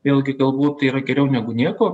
vėlgi galbūt tai yra geriau negu nieko